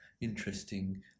interesting